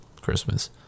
Christmas